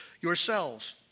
yourselves